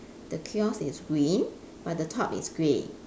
the kiosk is green but the top is grey